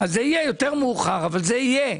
אז זה יהיה יותר מאוחר אבל זה יהיה.